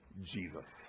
Jesus